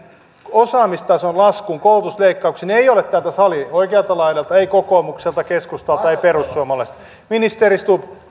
osaamistason laskuun koulutusleikkauksiin ei ole täältä salin oikealta laidalta tullut ei kokoomukselta ei keskustalta ei perussuomalaisilta ministeri stubb